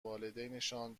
والدینشان